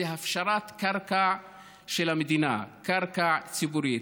זה הפשרת קרקע של המדינה, קרקע ציבורית.